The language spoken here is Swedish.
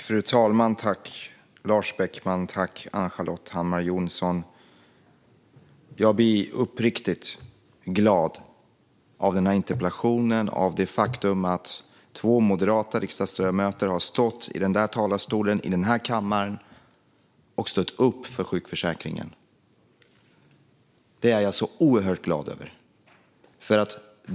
Fru talman! Jag blir uppriktigt glad av denna interpellation och av det faktum att två moderata riksdagsledamöter har stått i talarstolen i denna kammare och stått upp för sjukförsäkringen. Det är jag oerhört glad över.